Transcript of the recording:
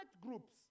groups